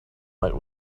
night